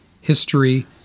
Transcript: history